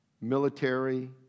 military